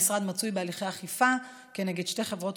המשרד מצוי בהליכי אכיפה כנגד שתי חברות